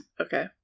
okay